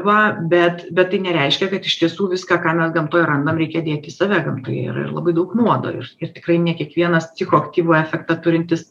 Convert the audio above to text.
va bet bet tai nereiškia kad iš tiesų viską ką mes gamtoj randam reikia dėt į save gamtoje yra ir labai daug nuodo ir ir tikrai ne kiekvienas psichoaktyvų efektą turintis